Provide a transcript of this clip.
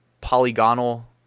polygonal